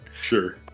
Sure